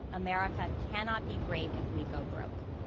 america cannot be great if we go broke.